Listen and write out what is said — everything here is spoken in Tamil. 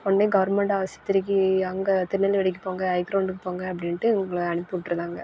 உடனே கவர்மெண்ட் ஆஸ்பத்திரிக்கு அங்கே திருநெல்வேலிக்கு போங்க ஐக்ரௌண்டுக்கு போங்க அப்படின்ட்டு இவங்கள அனுப்பிவிட்ருதாங்க